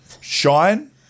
Shine